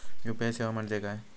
UPI सेवा म्हणजे काय?